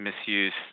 Misuse